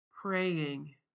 praying